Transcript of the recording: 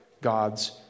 God's